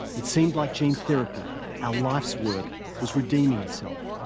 it seemed like gene therapy our life's work was redeeming itself,